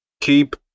keep